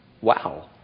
Wow